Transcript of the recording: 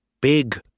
Big